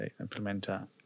implementer